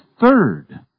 third